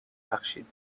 بخشید